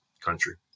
country